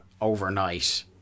overnight